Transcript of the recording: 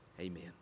amen